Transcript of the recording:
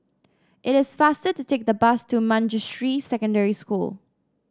it is faster to take the bus to Manjusri Secondary School